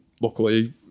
luckily